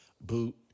boot